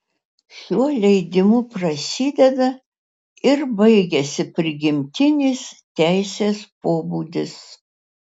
šiuo leidimu prasideda ir baigiasi prigimtinis teisės pobūdis